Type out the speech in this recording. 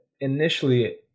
initially